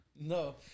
No